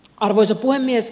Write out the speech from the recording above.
arvoisa puhemies